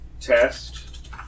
test